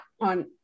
on